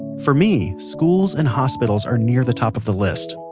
for me, schools and hospitals are near the top of the list,